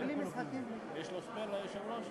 (מחיאות כפיים) תודה ליושבת-ראש האופוזיציה,